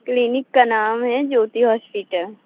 clinic का नाम है ज्योति हॉस्पिटल